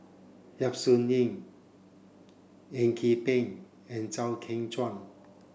Yap Su Yin Eng Yee Peng and Chew Kheng Chuan